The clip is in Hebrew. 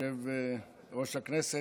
יושב-ראש הישיבה,